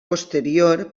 posterior